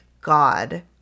God